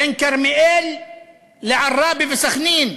בין כרמיאל לעראבה וסח'נין,